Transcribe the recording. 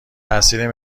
تاثیر